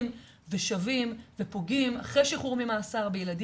ושבים ופוגעים אחרי שחרור ממאסר בילדים,